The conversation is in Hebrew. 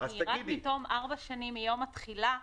רק מתוך ארבע שנים מיום התחילה,